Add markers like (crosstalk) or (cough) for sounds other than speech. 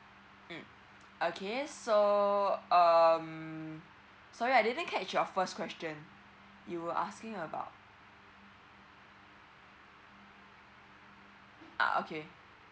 mm (breath) okay so um sorry I didn't catch your first question you're asking about ah okay